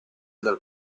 dal